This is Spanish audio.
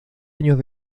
años